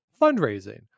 fundraising